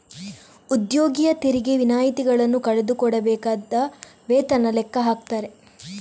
ಉದ್ಯೋಗಿಯ ತೆರಿಗೆ ವಿನಾಯಿತಿಗಳನ್ನ ಕಳೆದು ಕೊಡಬೇಕಾದ ವೇತನ ಲೆಕ್ಕ ಹಾಕ್ತಾರೆ